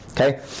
Okay